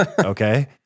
Okay